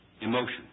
Emotion